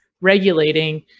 regulating